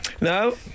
No